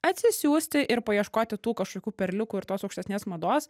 atsisiųsti ir paieškoti tų kažkokių perliukų ir tos aukštesnės mados